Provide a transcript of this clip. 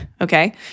Okay